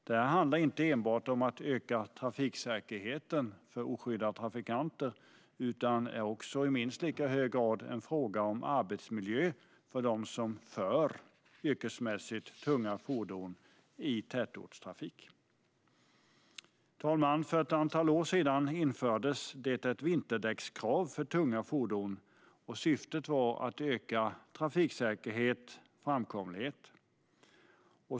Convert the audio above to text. Det handlar inte enbart om att öka trafiksäkerheten för oskyddade trafikanter utan är i minst lika hög grad en fråga om arbetsmiljö för dem som yrkesmässigt kör tunga fordon i tätortstrafik. Herr talman! För ett antal år sedan infördes ett vinterdäckskrav för tunga fordon. Syftet var att öka trafiksäkerhet och framkomlighet.